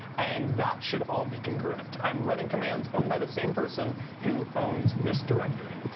and that should all be congruent. i'm running commands owned by the same person who owns this directory.